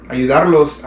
Ayudarlos